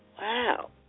Wow